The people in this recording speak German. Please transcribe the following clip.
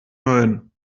mölln